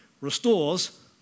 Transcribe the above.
restores